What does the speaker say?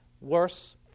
worse